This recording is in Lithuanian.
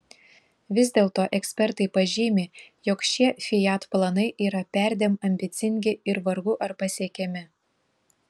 vis dėlto ekspertai pažymi jog šie fiat planai yra perdėm ambicingi ir vargu ar pasiekiami